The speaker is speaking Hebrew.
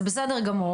זה בסדר גמור.